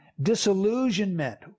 Disillusionment